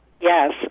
Yes